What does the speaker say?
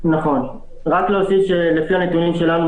רק להוסיף שלפי הנתונים שלנו,